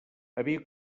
havia